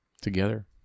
Together